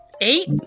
Eight